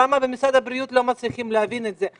למה במשרד הבריאות לא מצליחים להבין את זה,